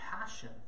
passion